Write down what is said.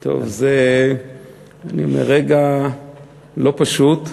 זה רגע לא פשוט.